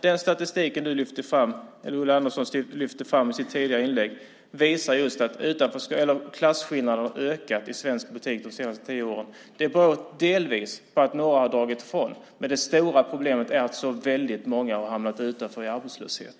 Den statistik som Ulla Andersson lyfte fram i sitt tidigare inlägg visar just att klasskillnaderna i svensk ekonomi har ökat under de senaste tio åren. Det beror delvis på att några har dragit ifrån. Men det stora problemet är att så väldigt många har hamnat utanför, har hamnat i arbetslöshet.